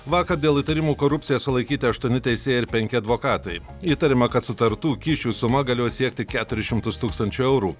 vakar dėl įtarimų korupcija sulaikyti aštuoni teisėjai ir penki advokatai įtariama kad sutartų kyšių suma galėjo siekti keturis šimtus tūkstančių eurų